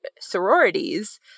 sororities